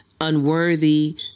unworthy